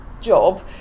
job